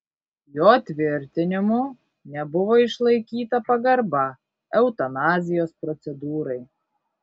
jo tvirtinimu nebuvo išlaikyta pagarba eutanazijos procedūrai